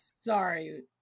sorry